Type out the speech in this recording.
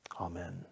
Amen